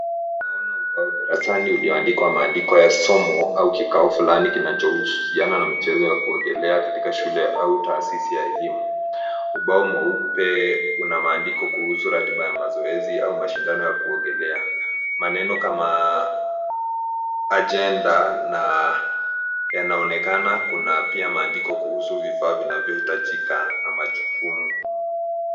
Tunaona ubao darasani ulioandikwa maandiko ya somo au kikao fulani kinachohusiana na michezo ya kuogelea katika shule au taasisi ya elimu. Ubao mweupe una maandiko kuhusu ratiba ya mazoezi au mashindano ya kuogelea .Maneno kama agenda yanaonekana na pia maandiko kuhusu vifaa vinavohitajika na majukumu.